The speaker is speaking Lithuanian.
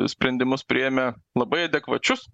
sprendimus priėmę labai adekvačius